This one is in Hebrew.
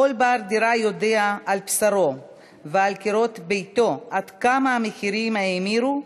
כל בעל דירה יודע על בשרו ועל קירות ביתו עד כמה המחירים האמירו,